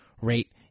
rate